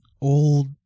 old